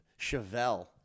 Chevelle